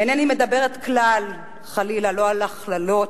אינני מדברת כלל חלילה לא על הכללות,